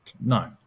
no